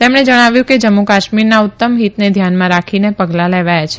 તેમણે જણાવ્યું કે જમ્મુ કાશ્મીરના ઉત્તમ હિતને ધ્યાનમાં રાખીને પગલા લેવાયા છે